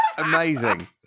amazing